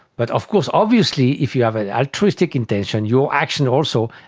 but of course obviously if you have an altruistic intention, your action also,